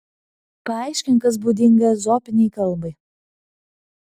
paaiškink kas būdinga ezopinei kalbai